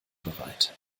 bereit